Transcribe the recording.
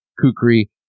Kukri